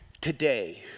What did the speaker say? today